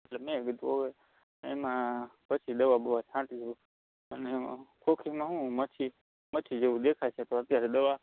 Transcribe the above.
એટલે મેં કીધું હવે એમાં પછી દવા બવા છાંટી જોઇશું અને એમાં સુકીમાં શું મસી મસી જેવું દેખાય છે તો અત્યારે દવા